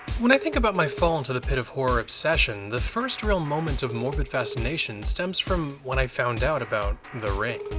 when i think about my fall into the pit of horror obsession, the first real moment of morbid fascination stems from when i found out about the ring.